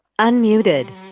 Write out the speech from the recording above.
Unmuted